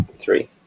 three